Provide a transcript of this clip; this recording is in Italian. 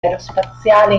aerospaziale